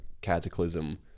cataclysm